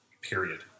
period